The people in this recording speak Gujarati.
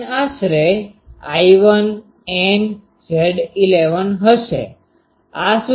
Vn આશરે I1 N Z11 હશે